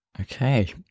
okay